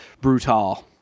brutal